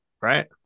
right